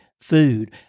food